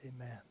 Amen